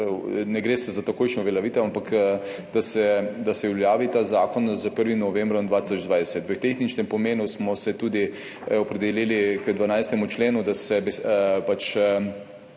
ne gre za takojšnjo uveljavitev, ampak da se uveljavi ta zakon s 1. novembrom 2022. V tehničnem pomenu smo se tudi opredelili k 12. členu, da